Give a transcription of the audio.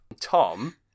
tom